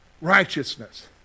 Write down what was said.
righteousness